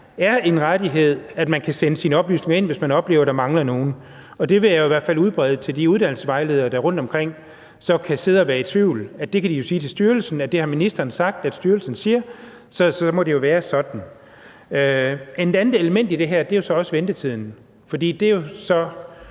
er en rettighed, at man kan sende sine oplysninger ind, hvis man oplever, at der mangler nogle, og det vil jeg jo i hvert fald udbrede til de uddannelsesvejledere, der så rundtomkring kan sidde og være i tvivl, altså at de så kan sige til styrelsen, at det har ministeren sagt at styrelsen siger, og at det jo så må være sådan. Et andet element i det her er jo så også ventetiden,